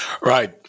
Right